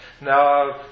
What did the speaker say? Now